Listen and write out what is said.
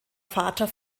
vater